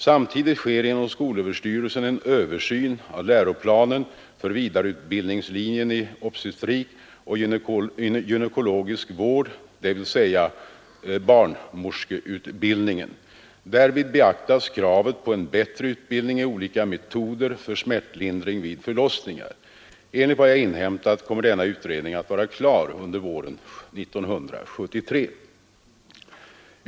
Samtidigt sker inom skolöverstyrelsen en översyn av läroplanen för vidareutbildningslinjen i obstetrisk och gynekologisk vård, dvs. barnmorskeutbildningen. Därvid beaktas kravet på en bättre utbildning i olika metoder för smärtlindring vid förlossningar. Enligt vad jag inhämtat kommer denna utredning att vara klar under våren 1973.